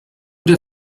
der